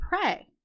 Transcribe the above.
pray